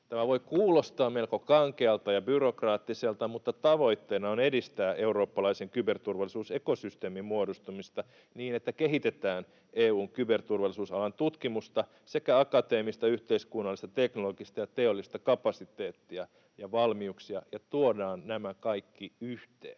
Tämä voi kuulostaa melko kankealta ja byrokraattiselta, mutta tavoitteena on edistää eurooppalaisen kyberturvallisuusekosysteemin muodostumista niin, että kehitetään EU:n kyberturvallisuusalan tutkimusta sekä akateemista, yhteiskunnallista, teknologista ja teollista kapasiteettia ja valmiuksia ja tuodaan nämä kaikki yhteen.